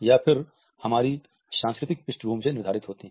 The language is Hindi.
या फिर यह हमारी सांस्कृतिक पृष्ठभूमि से निर्धारित होती है